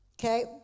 Okay